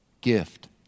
gift